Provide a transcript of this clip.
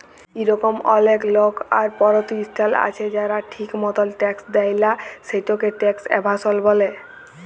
ইরকম অলেক লক আর পরতিষ্ঠাল আছে যারা ঠিক মতল ট্যাক্স দেয় লা, সেটকে ট্যাক্স এভাসল ব্যলে